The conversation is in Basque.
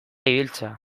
ibiltzea